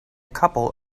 couple